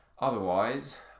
otherwise